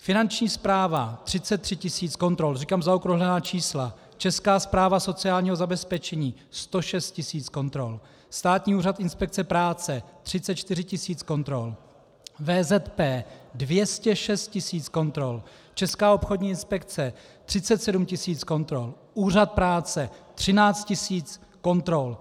Finanční správa 33 tisíc kontrol říkám zaokrouhlená čísla, Česká správa sociálního zabezpečení 106 tisíc kontrol, Státní úřad inspekce práce 34 tisíc kontrol, VZP 206 tisíc kontrol, Česká obchodní inspekce 37 tisíc kontrol, Úřad práce 13 tisíc kontrol.